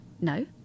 no